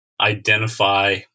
identify